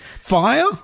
Fire